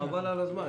חבל על הזמן.